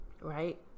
Right